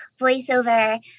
voiceover